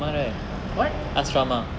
what